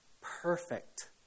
perfect